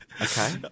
Okay